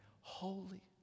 Holy